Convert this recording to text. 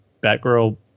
Batgirl